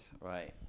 Right